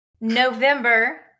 November